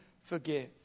forgive